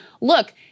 look